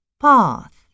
path